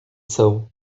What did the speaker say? são